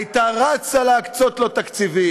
הייתה רצה להקצות לו תקציבים.